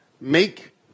make